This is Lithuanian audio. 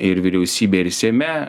ir vyriausybėj ir seime